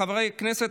חברי הכנסת,